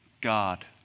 God